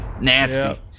Nasty